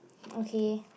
okay